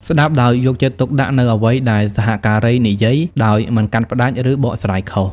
ស្តាប់ដោយយកចិត្តទុកដាក់នូវអ្វីដែលសហការីនិយាយ ដោយមិនកាត់ផ្តាច់ ឬបកស្រាយខុស។